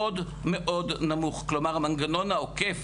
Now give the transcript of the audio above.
מאוד מאוד נמוך, כלומר המנגנון העוקף,